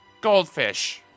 Goldfish